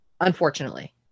unfortunately